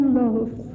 love